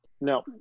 No